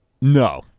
No